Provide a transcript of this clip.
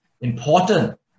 important